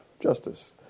justice